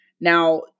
Now